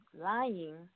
lying